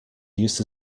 used